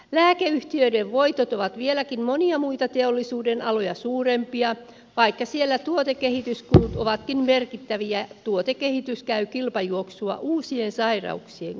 lääkeyhtiöiden voitot ovat vieläkin monia muita teollisuudenaloja suurempia vaikka siellä tuotekehityskulut ovatkin merkittäviä tuotekehitys käy kilpajuoksua uusien sairauksien kanssa